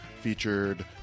featured